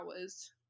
hours